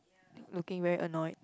looking very annoyed